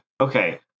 okay